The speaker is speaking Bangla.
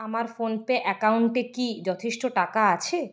আমার ফোনপে অ্যাকাউন্টে কি যথেষ্ট টাকা আছে